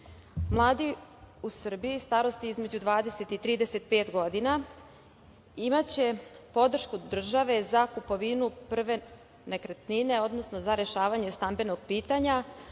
u Srbiji starosti između 20 i 35 godina imaće podršku države za kupovinu prve nekretnine, odnosno za rešavanje stambenog pitanja,